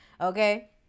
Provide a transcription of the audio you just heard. Okay